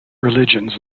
religions